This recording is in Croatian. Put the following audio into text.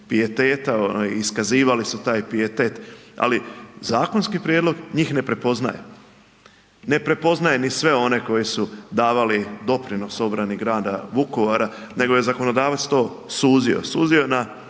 pijeteta, iskazivali su taj pijetet, ali zakonski prijedlog njih ne prepoznaje. Ne prepoznaje ni sve one koji su davali doprinos obrani grada Vukovara nego je zakonodavac to suzio.